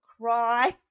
cry